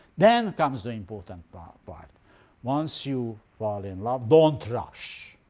then comes the important part. but once you fall in love, don't rush.